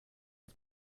its